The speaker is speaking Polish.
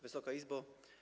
Wysoka Izbo!